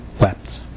wept